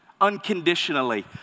unconditionally